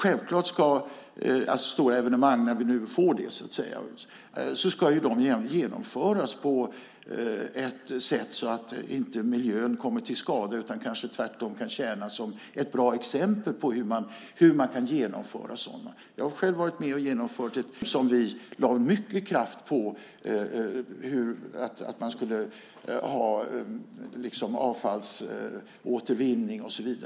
När vi får stora evenemang ska de genomföras på ett sådant sätt att miljön inte kommer till skada utan kanske tvärtom så att de kan tjäna som bra exempel på hur man kan genomföra sådana. Jag har själv varit med och genomfört ett VM där vi lade mycket kraft på att man skulle ha avfallsåtervinning och så vidare.